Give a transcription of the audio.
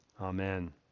Amen